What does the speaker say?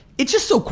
it's just so,